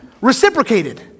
reciprocated